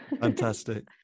Fantastic